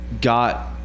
got